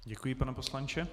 Děkuji, pane poslanče.